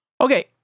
Okay